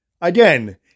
Again